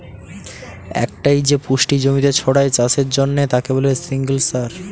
একটাই যে পুষ্টি জমিতে ছড়ায় চাষের জন্যে তাকে বলে সিঙ্গল সার